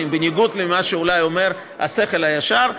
ואולי בניגוד למה שאומר השכל הישר.